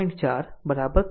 4 બરાબર 3